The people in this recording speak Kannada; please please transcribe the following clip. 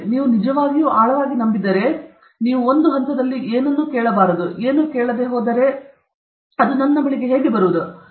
ನೀವು ನಿಜವಾಗಿಯೂ ಆಳವಾಗಿ ನಂಬಿದರೆ ಕೆಲವು ಹಂತದಲ್ಲಿ ನೀವು ಏನು ಕೇಳಬಾರದು ಎಂದು ನೀವು ಕೇಳಬಾರದು ನೀವು ಕೇಳದೆ ಹೋದರೆ ಅದು ನನ್ನ ಬಳಿಗೆ ಬರಬೇಕಿದ್ದರೆ ಅದನ್ನು ಬರುವುದು ನನಗೆ